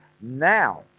now